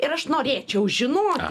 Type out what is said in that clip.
ir aš norėčiau žinoti